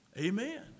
Amen